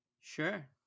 Sure